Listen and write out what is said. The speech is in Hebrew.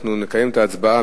אנחנו נקיים את ההצבעה.